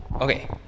Okay